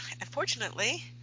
unfortunately